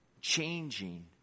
Changing